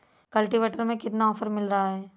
Cultivator में कितना offer मिल रहा है?